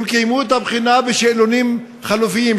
הם קיימו את הבחינה בשאלונים חלופיים,